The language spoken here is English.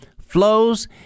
flows